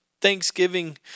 Thanksgiving